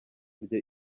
rye